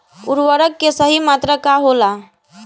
उर्वरक के सही मात्रा का होला?